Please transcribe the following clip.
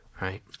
right